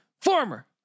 former